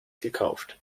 gekauft